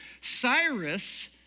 Cyrus